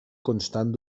constant